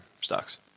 stocks